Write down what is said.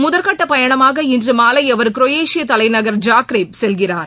முதற்கட்ட பயணமாக இன்று மாலை அவர் குரேஷிய தலைநகர் ஜாக்ரேப் செல்கிறார்